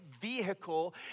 vehicle